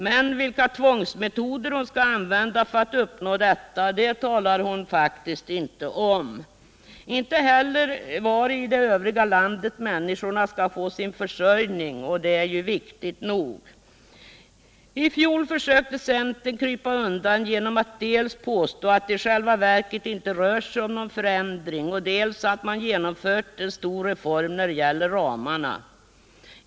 Men vilka tvångsmetoder hon skall använda för att uppnå detta talar hon faktiskt inte om, inte heller var i det övriga landet människorna skall få sin försörjning, och det är viktigt nog. I fjol försökte centern krypa undan genom att dels påstå att det i själva verket inte rör sig om någon förändring, dels att man genomfört en stor reform när det gäller ramarna.